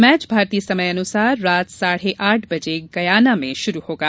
match भारतीय समय अनुसार रात साढ़े आठ बजे गयाना में शुरू होगा